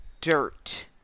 dirt